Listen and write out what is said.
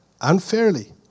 unfairly